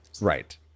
right